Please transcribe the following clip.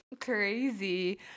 crazy